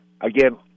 Again